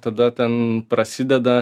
tada ten prasideda